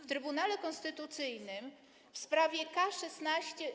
W Trybunale Konstytucyjnym w sprawie K 16.